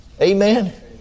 Amen